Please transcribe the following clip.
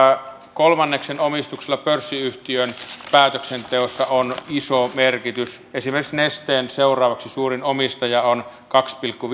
kolmanneksen omistuksella pörssiyhtiön päätöksenteossa on iso merkitys esimerkiksi nesteen seuraavaksi suurin omistaja on ilmarinen kahdella pilkku